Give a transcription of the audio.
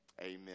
Amen